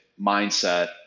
mindset